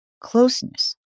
Closeness